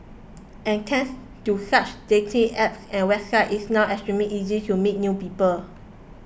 and thanks to such dating apps and websites it's now extremely easy to meet new people